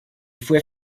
fue